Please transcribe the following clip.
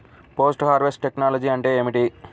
Post harvest technology అంటే ఏమిటి?